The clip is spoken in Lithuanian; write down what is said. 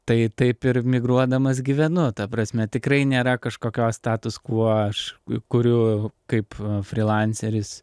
tai taip ir migruodamas gyvenu ta prasme tikrai nėra kažkokios kuriu kaip frylansėris